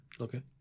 Okay